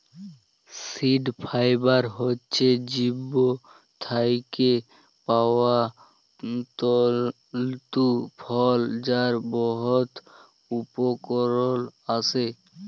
seed fibre হছে বীজ থ্যাইকে পাউয়া তল্তু ফল যার বহুত উপকরল আসে